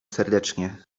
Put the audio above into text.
serdecznie